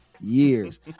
years